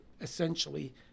essentially